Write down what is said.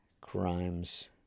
crimes